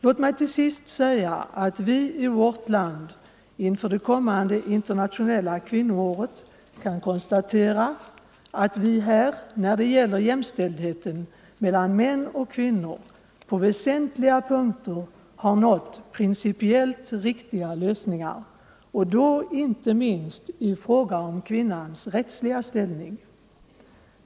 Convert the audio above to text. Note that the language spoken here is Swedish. Låt mig till sist säga att vi i vårt land inför det kommande internationella kvinnoåret kan konstatera att vi, när det gäller jämställdheten mellan män och kvinnor, på väsentliga punkter nått principiellt riktiga lösningar, inte minst i fråga om kvinnans rättsliga ställning.